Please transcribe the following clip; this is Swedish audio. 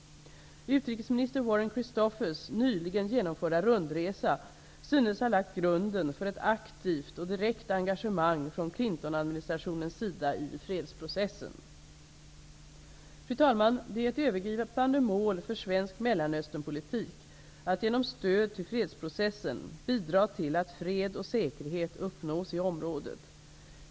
Utrikesminister Warren Christophers nyligen genomförda rundresa synes ha lagt grunden för ett aktivt direkt engagemang från Clintonadministrationens sida i fredsprocessen. Fru talman! Det är ett övergripande mål för svensk Mellanösternpolitik att, genom stöd till fredsprocessen, bidra till att fred och säkerhet uppnås i området.